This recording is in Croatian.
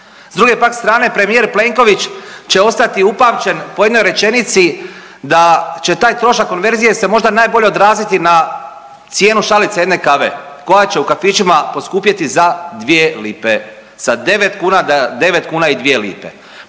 S druge pak strane, premijer Plenković će ostati upamćen po jednoj rečenici da će taj trošak konverzije se možda najbolje odraziti na cijenu šalice jedne kave koja će u kafićima poskupiti za 2 lipe, sa 9 kuna na 9